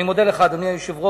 אני מודה לך, אדוני היושב-ראש.